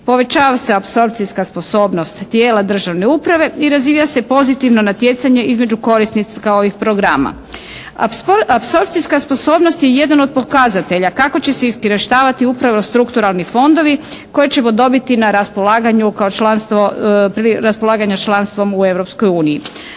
Povećava se apsorpcijska sposobnost tijela državne uprave i razvija se pozitivno natjecanje između korisnika ovih programa. Apsorpcijska sposobnost je jedan od pokazatelja kako će se iskorištavati upravo strukturalni fondovi koje ćemo dobiti na raspolaganju kao članstvo,